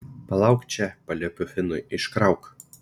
palauk čia paliepiu finui iškrauk